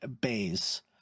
bays